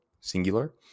singular